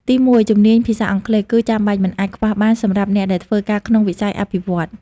ទីមួយជំនាញភាសាអង់គ្លេស គឺចាំបាច់មិនអាចខ្វះបានសម្រាប់អ្នកដែលធ្វើការក្នុងវិស័យអភិវឌ្ឍន៍។